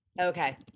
Okay